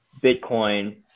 Bitcoin